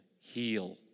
heal